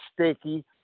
sticky